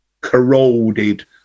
corroded